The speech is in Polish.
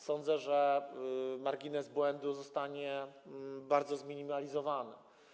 Sądzę, że margines błędu zostanie bardzo zminimalizowany.